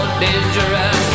dangerous